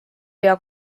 pea